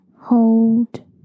hold